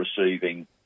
receiving